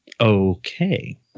okay